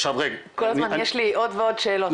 כל הזמן יש לי עוד ועוד שאלות.